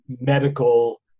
medical